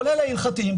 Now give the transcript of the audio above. כולל ההלכתיים,